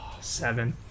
Seven